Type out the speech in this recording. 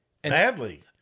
Badly